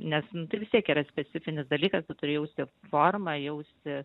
nes n tai vis tiek yra specifinis dalykas tu turi jausti formą jausti